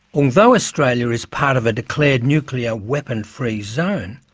although australia is part of a declared nuclear-weapon-free zone,